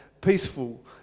peaceful